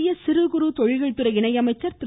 மத்திய சிறு குறு தொழில்கள் துறை இணை அமைச்சர் திரு